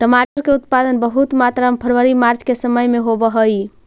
टमाटर के उत्पादन बहुत मात्रा में फरवरी मार्च के समय में होवऽ हइ